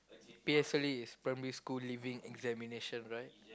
P_S_L_E is primary school leaving examination right